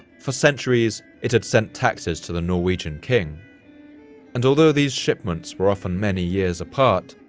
for centuries, it had sent taxes to the norwegian king and although these shipments were often many years apart,